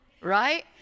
right